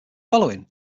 following